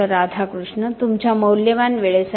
राधाकृष्ण तुमच्या मौल्यवान वेळेसाठी डॉ